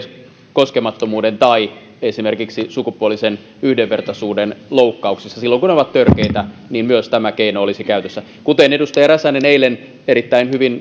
koskemattomuuden tai esimerkiksi sukupuolisen yhdenvertaisuuden loukkauksissa silloin kun ne ovat törkeitä myös tämä keino olisi käytössä kuten edustaja räsänen eilen itsekin erittäin hyvin